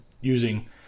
using